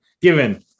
given